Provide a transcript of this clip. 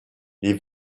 les